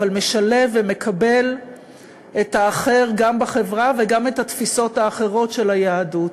אבל משלב ומקבל גם את האחר בחברה וגם את התפיסות האחרות של היהדות.